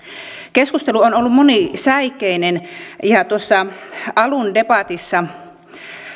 keskustelu on ollut monisäikeinen ja tuossa alun debatissa